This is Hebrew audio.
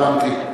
הבנתי.